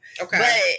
Okay